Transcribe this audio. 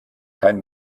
kein